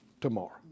tomorrow